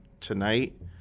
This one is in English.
tonight